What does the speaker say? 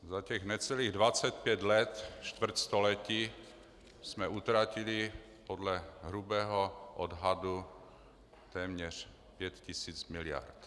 Za těch necelých 25 let, čtvrt století, jsme utratili podle hrubého odhadu téměř pět tisíc miliard.